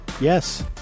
Yes